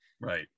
right